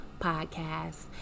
podcast